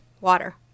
water